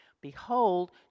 Behold